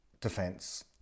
defense